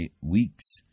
Weeks